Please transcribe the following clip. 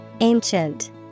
Ancient